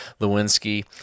Lewinsky